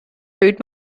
food